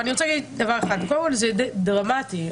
זה דרמטי.